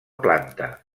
planta